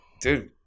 Dude